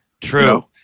true